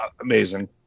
amazing